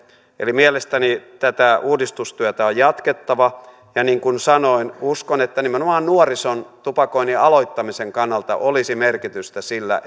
mielestäni tätä uudistustyötä on jatkettava ja niin kuin sanoin uskon että nimenomaan nuorison tupakoinnin aloittamisen kannalta olisi merkitystä sillä